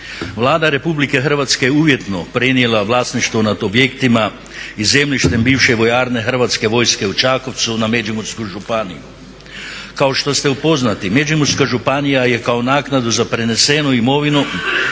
Vlada RH … vlasništvo nad objektima i zemljište bivše Vojarne hrvatske vojske u Čakovcu na Međimursku županiju. Kao što ste upoznati Međimurska županija je kao naknadu za prenesenu imovinu